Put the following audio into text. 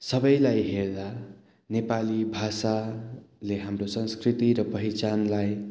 सबैलाई हेर्दा नेपाली भाषाले हाम्रो संस्कृति र पहिचानलाई